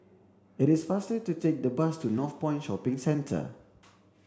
it is faster to take the bus to Northpoint Shopping Centre